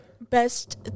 best